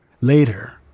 Later